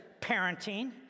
parenting